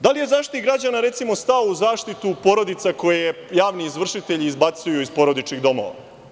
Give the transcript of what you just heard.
Da li je Zaštitnik građana, recimo, stao u zaštitu porodica koje javni izvršitelji izbacuju iz porodičnih domova?